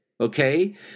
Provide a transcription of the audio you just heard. Okay